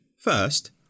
First